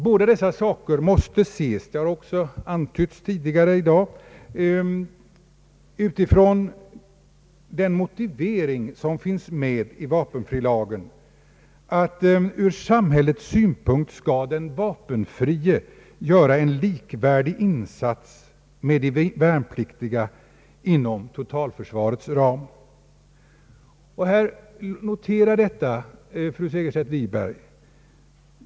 Båda dessa frågor måste ses, som antytts tidigare i dag, utifrån den motivering som finns 1 vapenfrilagen, nämligen att den vapenfrie ur samhällets synpunkt skall göra en insats som är likvärdig med de värnpliktigas inom totalförsvarets ram. Notera detta, fru Segerstedt Wiberg!